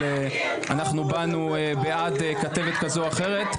של: אנחנו באנו בעד כתבת כזו או אחרת.